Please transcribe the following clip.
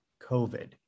COVID